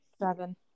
Seven